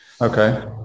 Okay